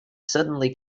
suddenly